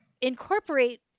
incorporate